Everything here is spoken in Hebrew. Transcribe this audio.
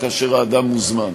כאשר האדם מוזמן.